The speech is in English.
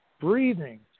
breathing